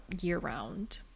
year-round